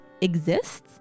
exists